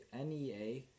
NEA